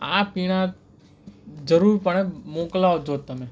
આ પીણાં જરૂરપણે મોકલાવજો જ તમે